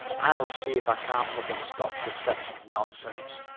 i'll see if i can't put a stop to sech nonsense.